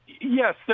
yes